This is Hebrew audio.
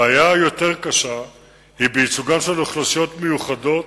הבעיה היותר קשה היא בייצוגן של אוכלוסיות מיוחדות,